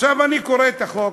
עכשיו אני קורא את החוק,